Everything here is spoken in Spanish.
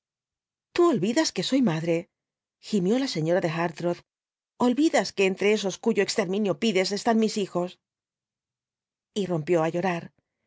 tú olvidas que soy madre gimió la señora de hartrott olvidas que entre esos cuyo exterminio pides están mis hijos y rompió á llorar